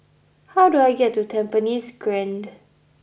how do I get to Tampines Grande